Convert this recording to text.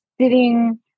sitting